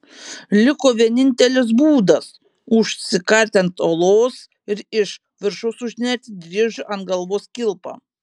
liko vienintelis būdas užsikarti ant uolos ir iš viršaus užnerti driežui ant galvos kilpą